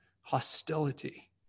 hostility